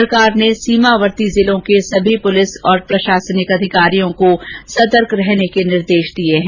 सरकार ने सीमावर्ती जिलों के सभी पुलिस और प्रषासनिक अधिकारियों को सतर्क रहने के निर्देष दिये हैं